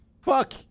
Fuck